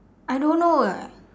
I don't know eh